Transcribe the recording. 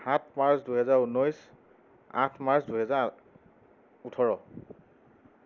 সাত মাৰ্চ দুহেজাৰ ঊনৈছ আঠ মাৰ্চ দুহেজাৰ ওঠৰ